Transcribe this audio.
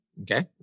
Okay